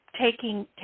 taking